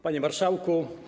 Panie Marszałku!